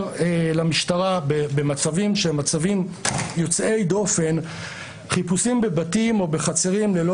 למשטרה במצבים שהם מצבים יוצאי דופן חיפושים בבתים או בחצרים ללא